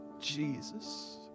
Jesus